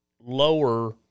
lower